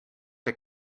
had